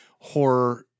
Horror